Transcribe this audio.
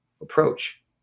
approach